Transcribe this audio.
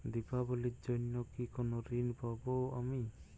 দীপাবলির জন্য কি কোনো ঋণ পাবো আমি?